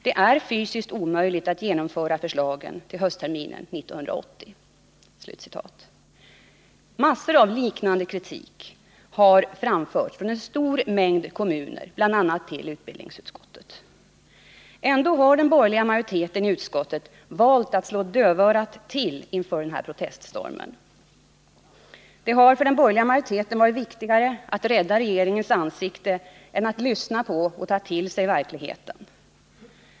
Det är fysiskt omöjligt att genomföra förslagen till höstterminen 1980.” Massor av liknande kritik har framförts av en stor mängd kommuner bl.a. till utbildningsutskottet. Ändå har den borgerliga majoriteten i utskottet valt att slå dövörat till inför den här proteststormen. Det har för den borgerliga majoriteten varit viktigare att rädda regeringens ansikte än att lyssna på protesterna och ta till sig verkligheten.